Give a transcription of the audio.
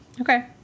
Okay